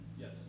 Yes